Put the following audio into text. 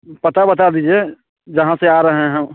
पता बात दीजिए जहाँ से आ रहे हैं